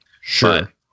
Sure